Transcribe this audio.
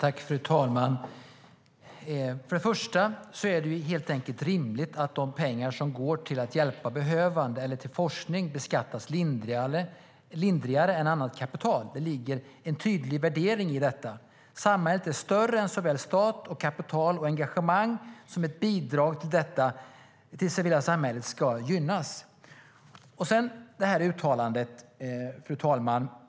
Fru talman! Först och främst är det helt enkelt rimligt att de pengar som går till att hjälpa behövande eller till forskning beskattas lindrigare än annat kapital. Det ligger en tydlig värdering i detta. Samhället är större än såväl stat som kapital, och engagemang och bidrag till det civila samhället ska gynnas. Fru talman!